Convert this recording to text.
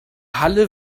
halle